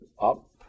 up